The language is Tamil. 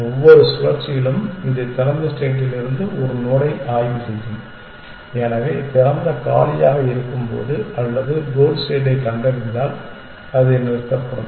ஒவ்வொரு சுழற்சியிலும் இது திறந்த ஸ்டேட்டில் இருந்து ஒரு நோடை ஆய்வு செய்யும் எனவே திறந்த காலியாக இருக்கும்போது அல்லது கோல் ஸ்டேட்டைக் கண்டறிந்தால் அது நிறுத்தப்படும்